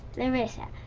larissa.